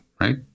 right